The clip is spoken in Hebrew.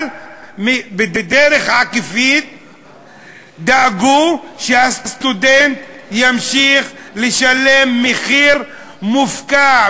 אבל בדרך עקיפה דאגו שהסטודנט ימשיך לשלם מחיר מופקע,